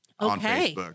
okay